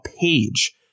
page